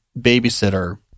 babysitter